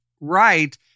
right